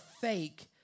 fake